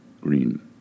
Green